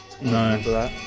No